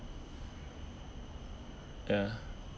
ya